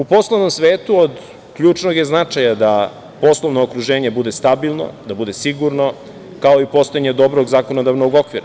U poslovnom svetu od ključnog je značaja da poslovno okruženje bude stabilno, da bude sigurno, kao i postojanje dobrog zakonodavnog okvira.